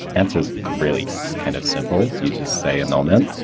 answers really kind of simple. you just say annulment.